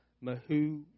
Mahu